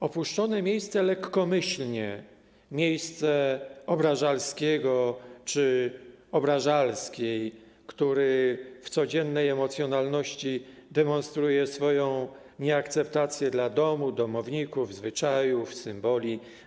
Opuszczone miejsce lekkomyślnie, miejsce obrażalskiego czy obrażalskiej, którzy w codziennej emocjonalności demonstrują swoją nieakceptację dla domu, domowników, zwyczajów i symboli.